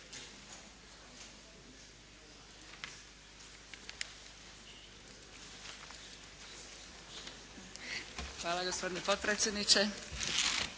Hvala gospodine potpredsjedniče.